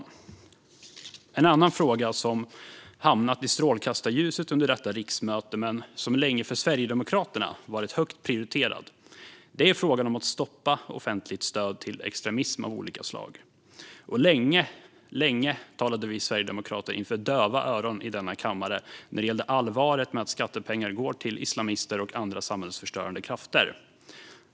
Något annat som under detta riksmöte har hamnat i strålkastarljuset men som för Sverigedemokraterna länge har varit högt prioriterat är frågan om att stoppa offentligt stöd till extremism av olika slag. Länge talade vi sverigedemokrater inför döva öron i denna kammare vad gäller allvaret med att skattepengar går till islamister och andra samhällsförstörande krafter.